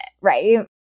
right